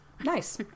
Nice